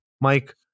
Mike